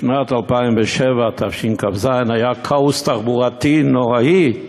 בשנת 2007, תשכ"ז, היה כאוס תחבורתי נוראי.